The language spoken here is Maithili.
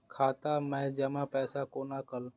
खाता मैं जमा पैसा कोना कल